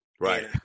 Right